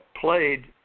played